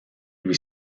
lui